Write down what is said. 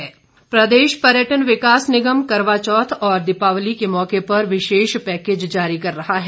पर्यटन निगम प्रदेश पर्यटन विकास निगम करवाचौथ और दीपावली के मौके पर विशेष पैकेज जारी कर रहा है